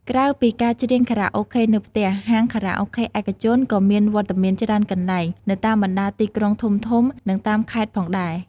ក្រៅពីការច្រៀងខារ៉ាអូខេនៅផ្ទះ ហាងខារ៉ាអូខេឯកជនក៏មានវត្តមានច្រើនកន្លែង នៅតាមបណ្តាទីក្រុងធំៗ និងតាមខេត្តផងដែរ។